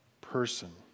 person